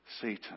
Satan